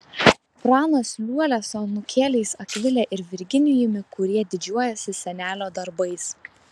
pranas liuolia su anūkėliais akvile ir virginijumi kurie didžiuojasi senelio darbais